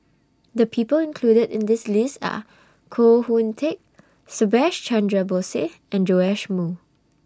The People included in The list Are Koh Hoon Teck Subhas Chandra Bose and Joash Moo